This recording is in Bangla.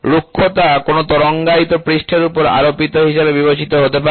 রুক্ষতা কোনও তরঙ্গায়িত পৃষ্ঠের উপর আরোপিত হিসাবে বিবেচিত হতে পারে